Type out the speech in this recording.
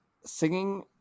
singing